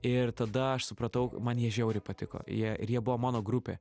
ir tada aš supratau man jie žiauriai patiko jie ir jie buvo mano grupė